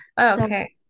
Okay